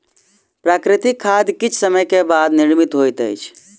प्राकृतिक खाद किछ समय के बाद निर्मित होइत अछि